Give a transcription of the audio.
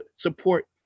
support